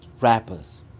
Rappers